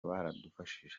baradufashije